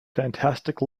fantastic